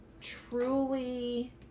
truly